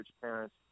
parents